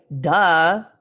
Duh